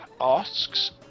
asks